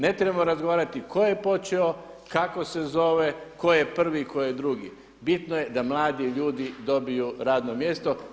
Ne trebamo razgovarati tko je počeo, kako se zove, koje prvi, tko je drugi, bitno je da mladi ljudi dobiju radno mjesto.